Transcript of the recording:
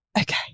okay